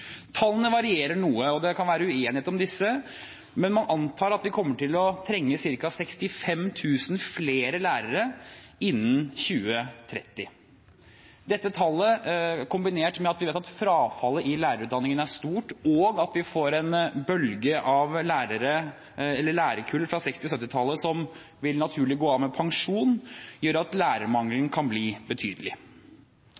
Tallene varierer noe, og det kan være uenighet om disse, men man antar at vi kommer til å trenge ca. 65 000 flere lærere innen 2030. Dette tallet, kombinert med at vi vet at frafallet i lærerutdanningen er stort, og at vi får en bølge av lærerkull fra 1960- og 1970-tallet som vil naturlig gå av med pensjon, gjør at lærermangelen kan bli betydelig.